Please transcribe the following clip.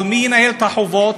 אבל מי ינהל את החובות?